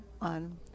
on